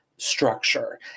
structure